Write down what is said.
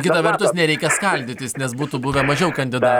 kita vertus nereikia skaldytis nes būtų buvę mažiau kandidatų